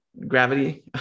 Gravity